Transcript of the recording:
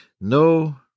No